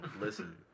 listen